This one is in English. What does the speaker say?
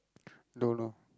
don't know